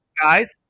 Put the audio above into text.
guys